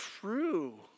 true